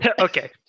okay